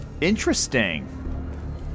Interesting